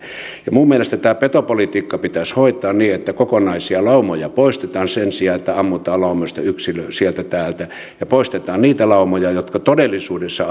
ja minun mielestäni tämä petopolitiikka pitäisi hoitaa niin että kokonaisia laumoja poistetaan sen sijaan että ammutaan laumoista yksilö sieltä täältä ja niin että poistetaan niitä laumoja jotka todellisuudessa